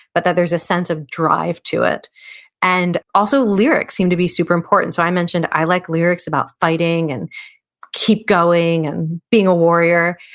but that there's a sense of drive to it and also, lyrics seem to be super important. so i mentioned i like lyrics about fighting, and keep going, and being a warrior,